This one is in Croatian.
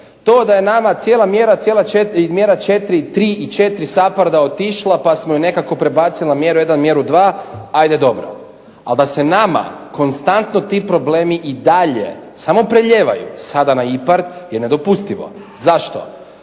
To da je nama cijela mjera 3 i 4 SAPARD-a otišla pa smo je nekako prebacili na mjeru 1 i mjeru 2. ajde dobro. Ali da se nama konstantno ti problemi i dalje samo prelijevaju, sada na IPARD je nedopustivo. Zašto?